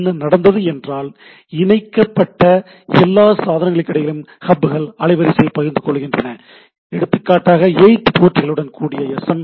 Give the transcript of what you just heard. என்ன நடந்தது என்றால் இணைக்கப்பட்ட எல்லா சாதனங்களுக்கிடையிலும் ஹப்கள் அலைவரிசையை பகிர்ந்து கொள்ளுகின்றன எடுத்துக்காட்டாக 8 போர்ட்களுடன் கூடிய 10 எம்